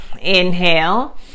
inhale